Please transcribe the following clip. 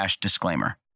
disclaimer